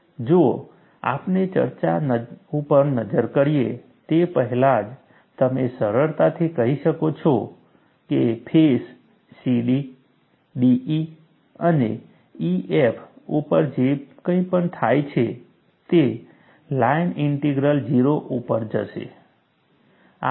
જુઓ આપણે ચર્ચા ઉપર નજર કરીએ તે પહેલાં જ તમે સરળતાથી કહી શકો છો કે ફેસ CD DE અને EF ઉપર જે કંઈ પણ થાય છે તે લાઇન ઇન્ટિગ્રલ 0 ઉપર જશે